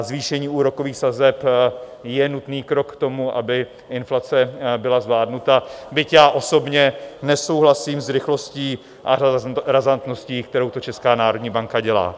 Zvýšení úrokových sazeb je nutný krok k tomu, aby inflace byla zvládnuta, byť já osobně nesouhlasím s rychlostí a razantností, kterou to Česká národní banka dělá.